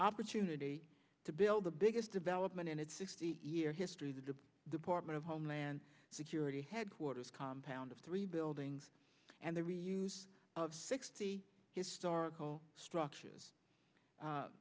opportunity to build the biggest development in its sixty year history that the department of homeland security headquarters compound of three buildings and the reuse of sixty historical structures